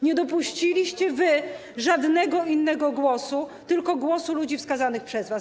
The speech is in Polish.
Nie dopuściliście żadnego innego głosu, tylko głosy ludzi wskazanych przez was.